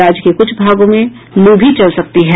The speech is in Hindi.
राज्य के कुछ भागों में लू भी चल सकती है